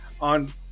on